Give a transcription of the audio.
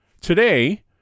Today